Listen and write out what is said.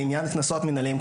לעניין קנסות מנהליים,